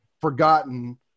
forgotten